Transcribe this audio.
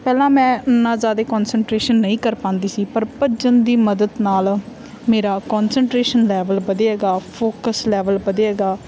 ਪਹਿਲਾਂ ਮੈਂ ਇੰਨਾਂ ਜ਼ਿਆਦਾ ਕੋਨਸਟਰੇਸ਼ਨ ਨਹੀਂ ਕਰ ਪਾਉਂਦੀ ਸੀ ਪਰ ਭੱਜਣ ਦੀ ਮਦਦ ਨਾਲ ਮੇਰਾ ਕੋਨਸਟਰੇਸ਼ਨ ਲੈਵਲ ਵਧੇਗਾ ਫੋਕਸ ਲੈਵਲ ਵਧੇਗਾ